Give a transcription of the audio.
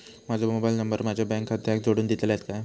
माजो mobile number माझ्या bank खात्याक जोडून दितल्यात काय?